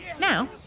Now